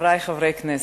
חברי חברי הכנסת,